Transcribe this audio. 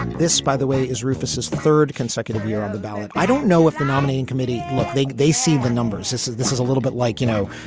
this, by the way, is rufous third consecutive year on the ballot. i don't know if the nominating committee will think they see the numbers. this is this is a little bit like, you know,